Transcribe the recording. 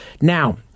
Now